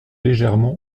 légèrement